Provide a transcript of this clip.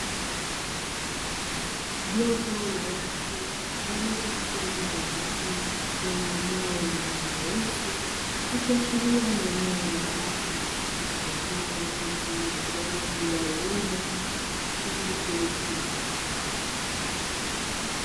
Jopo la watu walio katika eneo la ndani lenye ubao wa rangi nyeusi. Ikiashiria ni eneo la darasa litumikalo kwa ajili ya utoaji wa elimu kwa watu wazima.